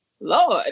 Lord